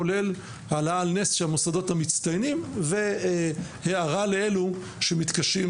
כולל העלה על נס של המוסדות המצטיינים והערה לאלו שמתקשים